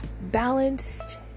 balanced